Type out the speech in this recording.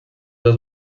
dos